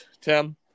Tim